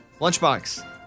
Lunchbox